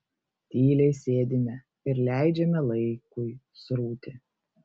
tyliai sėdime ir leidžiame laikui srūti